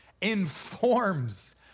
informs